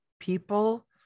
People